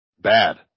bad